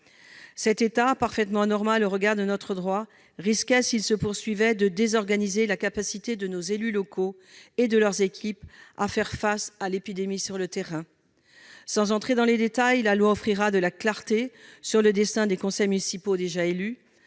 Cet état, parfaitement anormal au regard de notre droit, risquerait, s'il se poursuivait, de désorganiser la capacité de nos élus locaux et de leurs équipes à faire face à l'épidémie sur le terrain. Sans entrer dans le détail des différentes mesures, la loi offrira de la clarté sur le destin des conseils municipaux déjà élus.